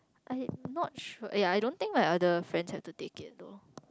I'm not sure ya I don't think other friends have to take it though